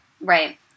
Right